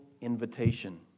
invitation